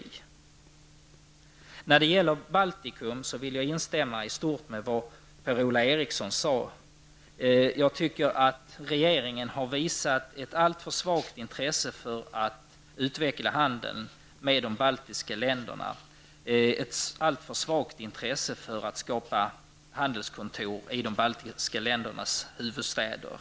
När det gäller Baltikum vill jag instämma i stort vad Per-Ola Eriksson sade. Jag tycker att regeringen har visat ett alltför svagt intresse för att utveckla handeln med de baltiska länderna. Man har visat alltför svagt intresse för att upprätta handelskontor i de baltiska ländernas huvudstäder.